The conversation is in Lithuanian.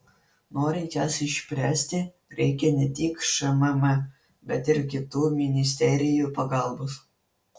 norint jas išspręsti reikia ne tik šmm bet ir kitų ministerijų pagalbos